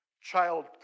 child